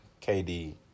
KD